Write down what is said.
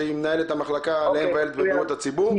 שהיא מנהלת המחלקה לבריאות הציבור.